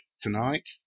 tonight